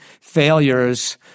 failures